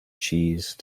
cheese